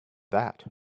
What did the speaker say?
that